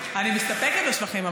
אני מסתפקת בשבחים.